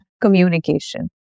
communication